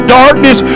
darkness